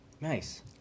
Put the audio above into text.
Nice